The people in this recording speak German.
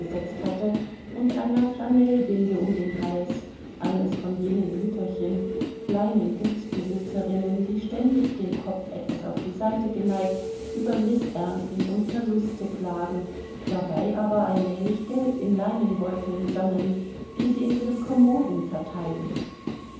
hatte und einer flanellbinde um den hals eines von jenen mütterchen kleinen gutsbesitzerinnen die ständig den kopf etwas auf die seite geneigt über mißernten und verluste klagen dabei aber allmählich geld in leinenbeuteln sammeln die sie in ihren kommoden verteilen